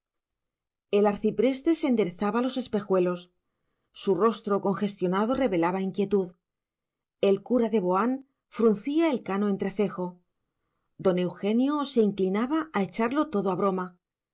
el arcipreste se enderezaba los espejuelos su rostro congestionado revelaba inquietud el cura de boán fruncía el cano entrecejo don eugenio se inclinaba a echarlo todo a broma